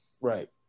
right